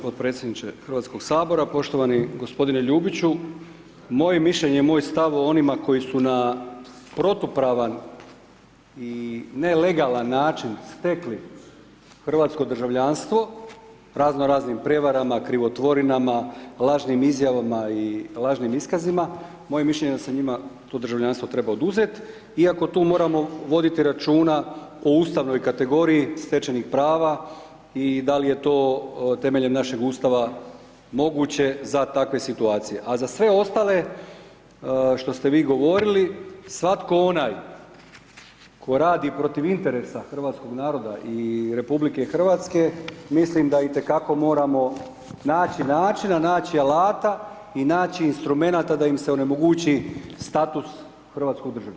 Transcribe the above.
Poštovani podpredsjedniče Hrvatskog sabora, poštovani gospodine Ljubiću, moje mišljenje i moj stav o onima koji su na protupravan i nelegalan način stekli hrvatsko državljanstvo, razno raznim prijevarama, krivotvorinama, lažnim izjavama i lažnim iskazima, moje mišljenje je da se njima to državljanstvo treba oduzet, iako tu moramo voditi računa o ustavnoj kategoriji stečenih prava i da li je to temeljem našeg Ustava moguće za takve situacije, a za sve ostale što ste vi govorili svatko onaj ko radi protiv interesa hrvatskog naroda i RH mislim da itekako moramo naći načina, naći alata i naći instrumenata da im se onemogući status hrvatskog državljana.